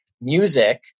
music